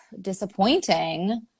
disappointing